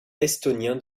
estonien